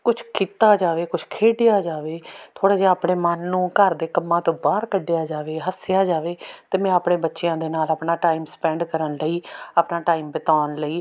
ਕੁਛ ਕੀਤਾ ਜਾਵੇ ਕੁਛ ਖੇਡਿਆ ਜਾਵੇ ਥੋੜ੍ਹਾ ਜਿਹਾ ਆਪਣੇ ਮਨ ਨੂੰ ਘਰ ਦੇ ਕੰਮਾਂ ਤੋਂ ਬਾਹਰ ਕੱਢਿਆ ਜਾਵੇ ਹੱਸਿਆ ਜਾਵੇ ਅਤੇ ਮੈਂ ਆਪਣੇ ਬੱਚਿਆਂ ਦੇ ਨਾਲ ਆਪਣਾ ਟਾਈਮ ਸਪੈਂਡ ਕਰਨ ਲਈ ਆਪਣਾ ਟਾਈਮ ਬਿਤਾਉਣ ਲਈ